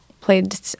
played